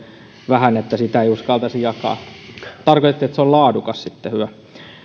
vähän että sitä ei uskaltaisi jakaa tarkoititte että se on laadukas sitten hyvä